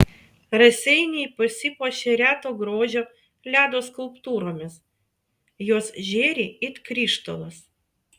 raseiniai pasipuošė reto grožio ledo skulptūromis jos žėri it krištolas